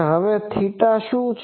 હવે θ શુ છે